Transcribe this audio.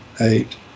Eight